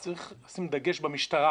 צריך לשים דגש במשטרה